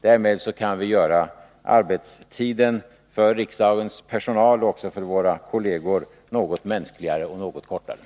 Därmed kan vi göra arbetstiden för riksdagens personal och också för våra kolleger något kortare och arbetet något mänskligare.